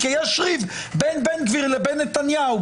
כי יש ריב בין בן גביר לבין נתניהו.